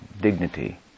dignity